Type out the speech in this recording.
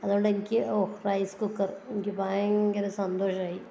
അതുകൊണ്ട് എനിക്ക് ഓ റൈസ് കുക്കർ എനിക്ക് ഭയങ്കര സന്തോഷമായി